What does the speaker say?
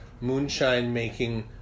moonshine-making